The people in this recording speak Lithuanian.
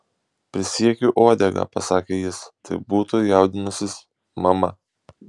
prisiekiu uodega pasakė jis tai būtų jaudinusis mama